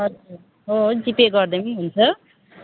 हजुर हो जिपे गरिदिए पनि हुन्छ